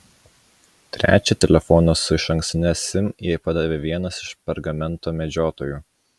trečią telefoną su išankstine sim jai padavė vienas iš pergamento medžiotojų